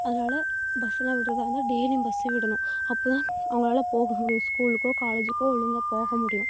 அதனால் பஸ்ஸு எல்லாம் விடுறதா இருந்தால் டெய்லியும் பஸ்ஸு விடணும் அப்போ தான் அவங்களால போக முடியும் ஸ்கூலுக்கோ காலேஜுக்கோ ஒழுங்கா போக முடியும்